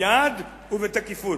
מייד ובתקיפות.